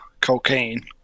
cocaine